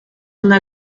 una